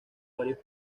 varios